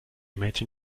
mädchen